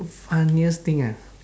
funniest thing ah